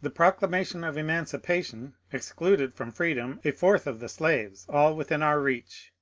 the proclamation of emancipation excluded from freedom a fourth of the slaves, all within our reach